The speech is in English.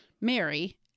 Mary